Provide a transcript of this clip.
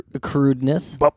crudeness